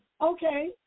Okay